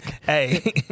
Hey